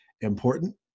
important